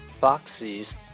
Boxes